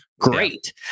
great